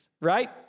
right